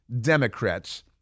Democrats